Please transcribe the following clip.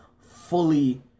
fully